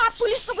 ah please. like